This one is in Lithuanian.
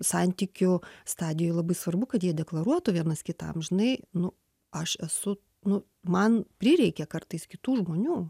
santykių stadijoj labai svarbu kad jie deklaruotų vienas kitam žinai nu aš esu nu man prireikia kartais kitų žmonių